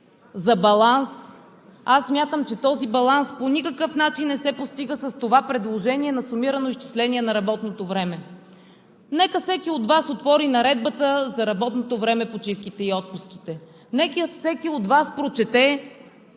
за баланс, аз смятам, че този баланс по никакъв начин не се постига с това предложение за сумирано изчисление на работното време. Нека всеки от Вас отвори Наредбата за работното време, почивките и отпуските. Нека всеки от Вас прочете